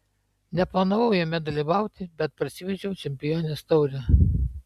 neplanavau jame dalyvauti bet parsivežiau čempionės taurę